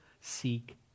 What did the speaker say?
seek